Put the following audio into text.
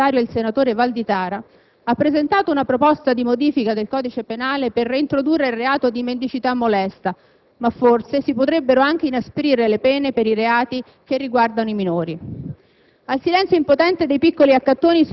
Alleanza Nazionale, primo firmatario il senatore Valditara, ha presentato una proposta di modifica del codice penale per reintrodurre il reato di mendicità molesta, ma forse si potrebbero anche inasprire le pene per i reati che riguardano i minori.